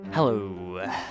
Hello